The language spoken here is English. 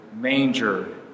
manger